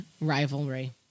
rivalry